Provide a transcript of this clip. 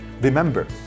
Remember